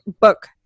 book